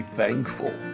thankful